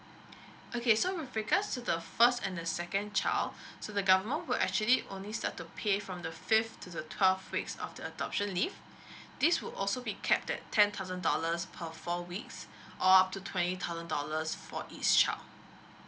okay so with regards to the first and the second child so the government will actually only start to pay from the fifth to the twelve weeks of the adoption leave this would also be capped at ten thousand dollars per four weeks or up to twenty thousand dollars for each child